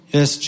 Yes